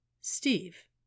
Steve